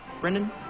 Brendan